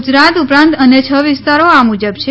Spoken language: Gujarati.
ગુજરાત ઉપરાંત અન્ય છ વિસ્તારો આ મુજબ છે